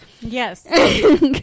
yes